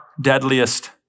deadliest